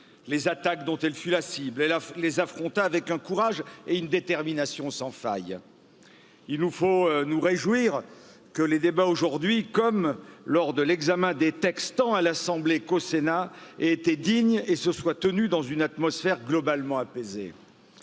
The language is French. les attaques dont elle fut la cible et les affronta avec un courage et une détermination sans faille. Il nous faut nous réjouir que les débats, aujourd'hui, comme lors de l'examen des textes, tant à l'assemblée qu'au Sénat, ait se soient tenus dans une atmosphère globalement apaisée.